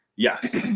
Yes